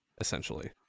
Essentially